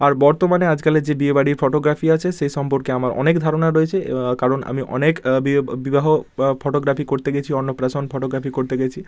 আর বর্তমানে আজকালের যে বিয়ে বাড়ি ফটোগ্রাফি আছে সে সম্পর্কে আমার অনেক ধারণা রয়েছে কারণ আমি অনেক বিয়ে বিবাহ বা ফটোগ্রাফি করতে গেছি অন্নপ্রাশন ফটোগ্রাফি করতে গেছি